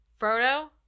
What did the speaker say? Frodo